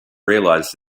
realise